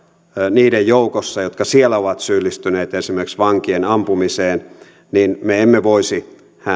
niiden joukossa jotka siellä ovat syyllistyneet esimerkiksi vankien ampumiseen niin me emme voisi häntä